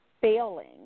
failing